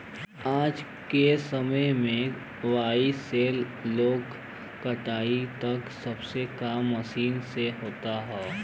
आज के समय में बोआई से लेके कटाई तक सब काम मशीन से होत हौ